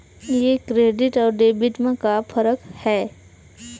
ये क्रेडिट आऊ डेबिट मा का फरक है?